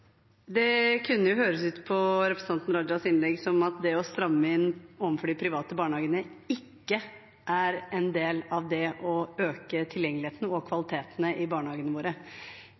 Det kunne høres ut på representanten Rajas innlegg som at det å stramme inn overfor de private barnehagene ikke er en del av det å øke tilgjengeligheten og kvaliteten i barnehagene våre.